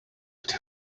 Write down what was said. could